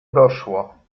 doszło